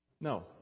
No